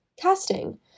Casting